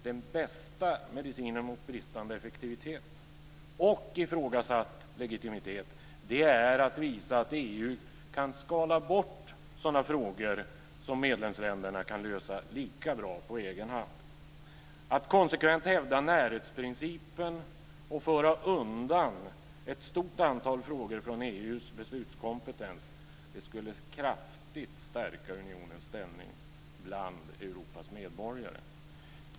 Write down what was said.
Den bästa medicinen mot bristande effektivitet och ifrågasatt legitimitet är att visa att EU kan skala bort sådana frågor som medlemsländerna kan lösa lika bra på egen hand. Att konsekvent hävda närhetsprincipen och föra undan ett stort antal frågor från EU:s beslutskompetens skulle kraftigt stärka unionens ställning bland Europas medborgare.